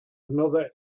another